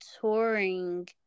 touring